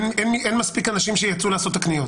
אין מספיק אנשים שיצאו לעשות את הקניות.